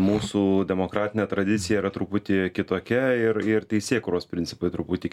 mūsų demokratinė tradicija yra truputį kitokia ir ir teisėkūros principai truputį